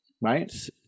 right